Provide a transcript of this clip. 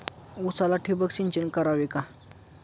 उसाला ठिबक सिंचन करावे का?